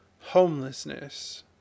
homelessness